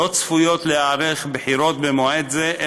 לא צפויות בחירות במועד זה,